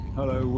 Hello